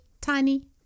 tiny